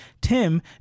Tim